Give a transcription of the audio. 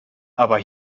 aber